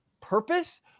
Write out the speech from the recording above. purpose